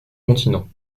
continent